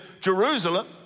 Jerusalem